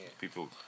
people